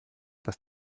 dass